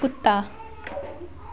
कुत्ता